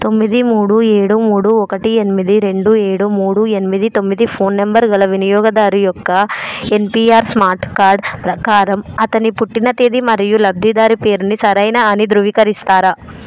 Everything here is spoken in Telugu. తొమ్మిది మూడు ఏడు మూడు ఒకటి ఎనిమిది రెండు ఏడు మూడు ఎనిమిది తొమ్మిది ఫోన్ నంబరు గల వినియోగదారి యొక్క ఎన్పీఆర్ స్మార్ట్ కార్డు ప్రకారం అతని పుట్టిన తేది మరియు లబ్ధిదారి పేరుని సరైన అని ధృవీకరిస్తారా